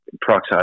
peroxide